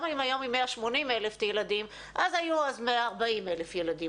גם אם היום עם 180,000 ילדים אז היו 140,000 ילדים,